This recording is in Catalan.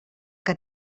que